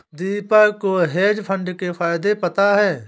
दीपक को hedge fund के फायदे पता है